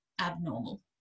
abnormal